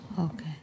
Okay